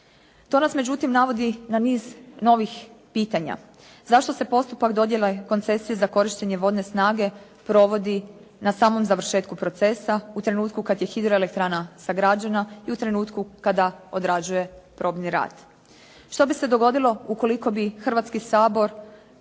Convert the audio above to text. To nas međutim navodi na niz novih pitanja. Zašto se postupak dodjele koncesije za korištenje vodne snage provodi na samom završetku procesa, u trenutku kad je hidroelektrana sagrađena, i u trenutku kada odrađuje probni rad? Što bi se dogodilo ukoliko bi Hrvatski sabor